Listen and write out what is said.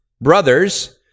Brothers